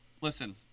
listen